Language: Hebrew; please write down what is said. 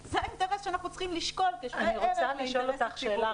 זה האינטרס שאנחנו צריכים לשקול כשווה ערך לאינטרס הציבורי.